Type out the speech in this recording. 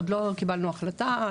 עוד לא קיבלנו החלטה,